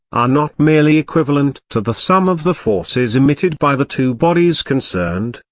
are not merely equivalent to the sum of the forces emitted by the two bodies concerned,